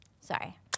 Sorry